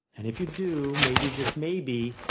and if you do, maybe just maybe,